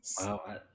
Wow